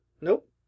Nope